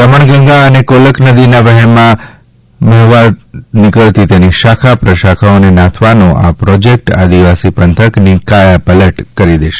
દમણગંગા અને કોલક નદીના વહેણમાં ભળવા નિકળતી તેની શાખા પ્રશાખાને નાથવાનો આ પ્રોજેકટ આદિવાસી પંથકની કાયાપલટ કરી દેશે